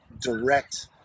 direct